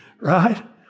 right